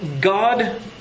God